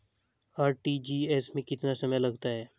RTGS में कितना समय लगता है?